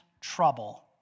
trouble